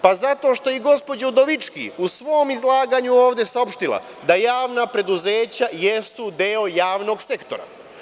Pa zato što je i gospođa Udovički u svom izlaganju ovde saopštila da javna preduzeća jesu deo javnog sektora.